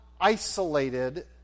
isolated